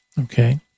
Okay